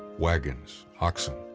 wagons, oxen,